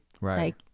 right